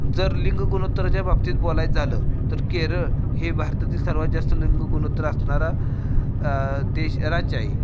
जर लिंगगुणोत्तराच्या बाबतीत बोलायचं झालं तर केरळ हे भारतातील सर्वात जास्त लिंगगुणोत्तर असणारा देश राज्य आहे